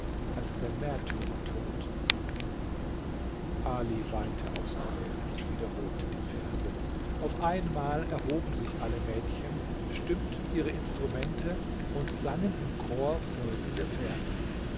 als der märtyrertod ali weinte aufs neue und wiederholte die verse auf einmal erhoben sich alle mädchen stimmten ihre instrumente und sangen im chor folgende verse